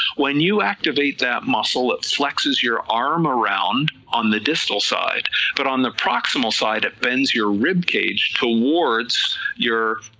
when you activate that muscle it flexes your arm around on the distal side but on the proximal side it bends your rib cage towards your